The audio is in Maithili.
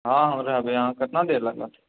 हँ हम रहबै अहाँ केतना देर लागत